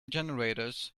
generators